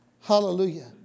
Hallelujah